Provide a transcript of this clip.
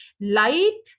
light